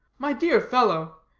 my dear fellow,